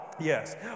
Yes